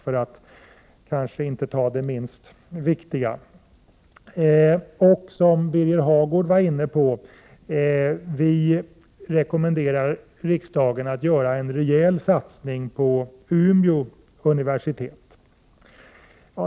Vi rekommenderar också riksdagen att göra en rejäl satsning på Umeå universitet, en fråga som också Birger Hagård berörde.